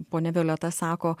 ponia violeta sako